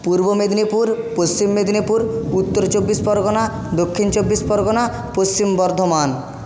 পূর্ব মেদিনীপুর পশ্চিম মেদিনীপুর উত্তর চব্বিশ পরগনা দক্ষিণ চব্বিশ পরগনা পশ্চিম বর্ধমান